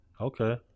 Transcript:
Okay